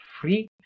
free